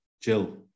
Jill